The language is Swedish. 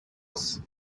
oss